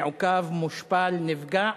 מעוכב, מושפל, נפגע,